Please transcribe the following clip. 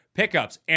pickups